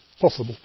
possible